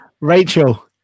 rachel